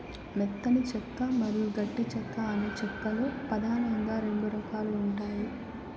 మెత్తని చెక్క మరియు గట్టి చెక్క అని చెక్క లో పదానంగా రెండు రకాలు ఉంటాయి